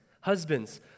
Husbands